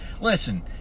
Listen